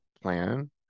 plan